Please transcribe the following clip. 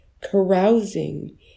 carousing